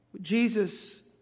Jesus